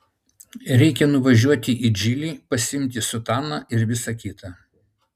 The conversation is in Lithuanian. reikia nuvažiuoti į džilį pasiimti sutaną ir visa kita